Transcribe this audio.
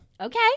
Okay